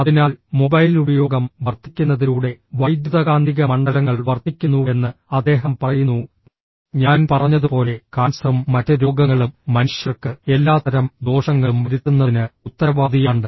അതിനാൽ മൊബൈൽ ഉപയോഗം വർദ്ധിക്കുന്നതിലൂടെ വൈദ്യുതകാന്തിക മണ്ഡലങ്ങൾ വർദ്ധിക്കുന്നുവെന്ന് അദ്ദേഹം പറയുന്നു ഞാൻ പറഞ്ഞതുപോലെ കാൻസറും മറ്റ് രോഗങ്ങളും മനുഷ്യർക്ക് എല്ലാത്തരം ദോഷങ്ങളും വരുത്തുന്നതിന് ഉത്തരവാദിയാണ്